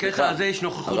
בקטע הזה יש נוכחות מכובדת.